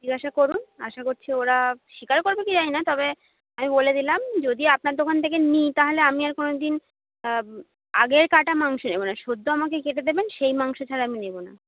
জিগাসা করুন আশা করছি ওরা স্বীকার করবে কি জানি না তবে আমি বলে দিলাম যদি আপনার দোকান থেকে নিই তাহলে আমি আর কোনোদিন আগের কাটা মাংস নেব না সদ্য আমাকে কেটে দেবেন সেই মাংস ছাড়া আমি নেব না